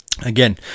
Again